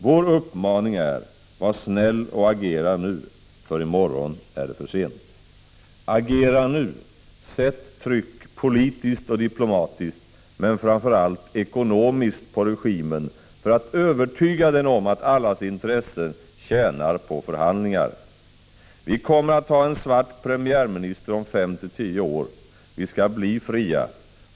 Vår uppmaning är ”var snäll och agera nu, för i morgon är det försent”. Agera nu: sätt tryck, politiskt och diplomatiskt, men framförallt ekonomiskt på regimen för att övertyga den om att allas intressen tjänar på förhandlingar. Vi kommer att ha en svart premiärminister om 5-10 år. Vi ska bli fria.